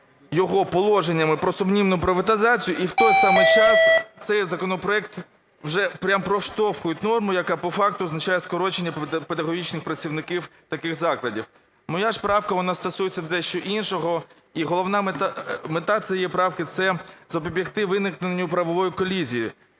його положеннями про сумнівну приватизацію, і в той самий час цей законопроект вже прямо проштовхує норму, яка по факту означає скорочення педагогічних працівників таких закладів. Моя ж правка, вона стосується дещо іншого і головна мета цієї правки – це запобігти виникненню правової колізії.